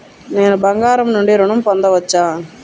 నేను బంగారం నుండి ఋణం పొందవచ్చా?